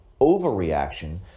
overreaction